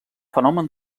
fenomen